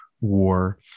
war